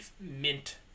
mint